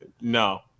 No